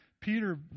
Peter